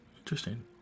interesting